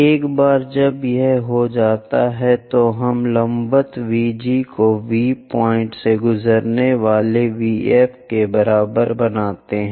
एक बार जब यह हो जाता है तो हम लंबवत VG को V पॉइंट से गुजरने वाले VF के बराबर बनाते हैं